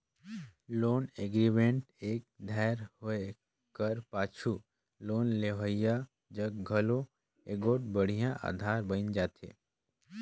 loan agreement एक धाएर होए कर पाछू लोन लेहोइया जग घलो एगोट बड़िहा अधार बइन जाथे